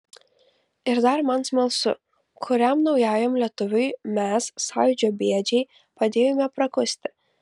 ir dar man smalsu kuriam naujajam lietuviui mes sąjūdžio bėdžiai padėjome prakusti